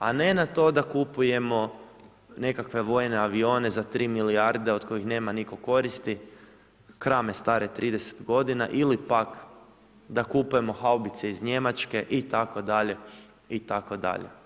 A ne na to da kupujemo nekakve vojne avione za 3 milijarde od kojih nema nitko koristi, krame stare 30 g. ili pak da kupujemo haubice iz Njemačke itd. itd.